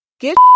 get